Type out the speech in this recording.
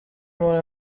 mpora